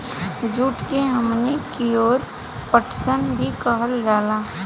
जुट के हमनी कियोर पटसन भी कहल जाला